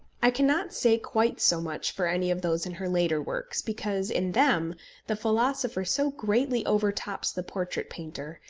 i cannot say quite so much for any of those in her later works, because in them the philosopher so greatly overtops the portrait-painter,